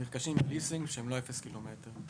נרכשים מליסינג שהם לא "יד שנייה"?